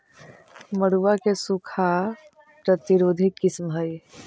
मड़ुआ के सूखा प्रतिरोधी किस्म हई?